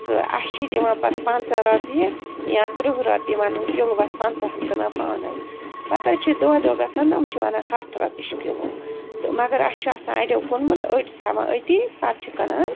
تہٕ اسہِ چھِ دِوان پَتہٕ پنٛژاہ رۄپیہِ یا ترٕہ رۄپیہِ وَنان کلوَس پنٛژاہن کٕنان پانس پتہٕ حظ چھِ دۄہ دۄہ گَژھان یِم چھِ وَنان ہَتھ رۄپیہِ چھُ کِلو تہٕ مگراسہِ چھُ آسان اَڑیو کٕنمُت أڑۍ چھِ تھاوان أتی پتہٕ چھِ کٕنان